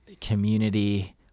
community